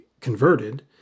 converted